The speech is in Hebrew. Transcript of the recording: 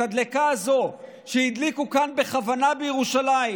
את הדלקה הזאת שהדליקו כאן בכוונה בירושלים